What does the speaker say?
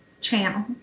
channel